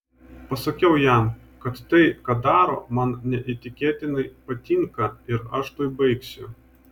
pasakiau jam kad tai ką daro man neįtikėtinai patinka ir aš tuoj baigsiu